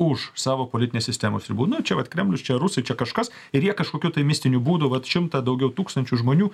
už savo politinės sistemos ribų nu čia vat kremlius čia rusai čia kažkas ir jie kažkokiu tai mistiniu būdu vat šimtą daugiau tūkstančių žmonių